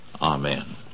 Amen